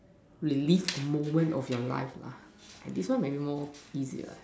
relive moment of your life lah this one maybe more easier ah